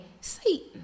satan